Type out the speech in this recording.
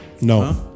No